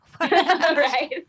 Right